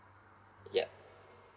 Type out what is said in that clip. ya